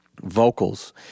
vocals